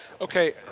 okay